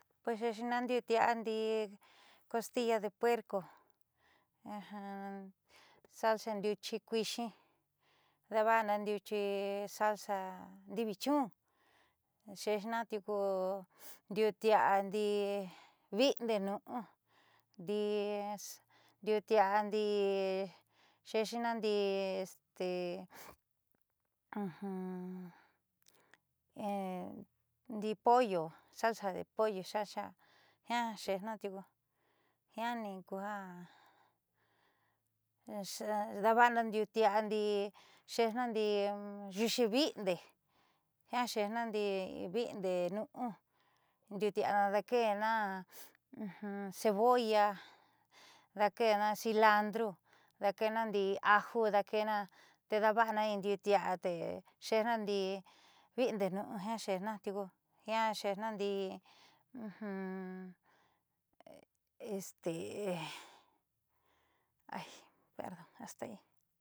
Pues xe'exina ndiuutia'a di'i costilla de puerco, salsa ndiuchi kuixi daava'ana salsa ndiivichun xe'ejna tiuku ndiuutia'a ndii vindenu'u ndii tiuutia'a ndii xe'exina ndi'i pollo salsa de pollo jiaa xe'exina tiuku jiaani kuja daava'ana la'a ndiuutia'a ndii xeéxna ndii yuuxi vi'inde jiaa xe'ejna ndii vi'inde nuu ndiuutia'a daake'ena cebolla, daake'ena cilantro daake'ena ndii aju daake'ena te daava'ana in ndiuutia'a te xe'ejna ndii vi'inde nu'u jiaa xe'ejna tiuku jiaa xe'ejna tiuku.